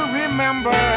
remember